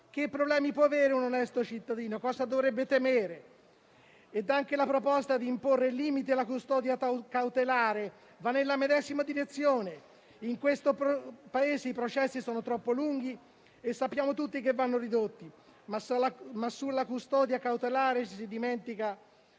Che problemi può avere un onesto cittadino, cosa dovrebbe temere? Ed anche la proposta di imporre limiti alla custodia cautelare va nella medesima direzione. In questo Paese i processi sono troppo lunghi e sappiamo tutti che vanno ridotti, ma sulla custodia cautelare ci si dimentica